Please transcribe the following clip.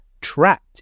trapped